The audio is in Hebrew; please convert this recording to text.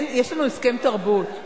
יש לנו הסכם תרבות.